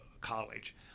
college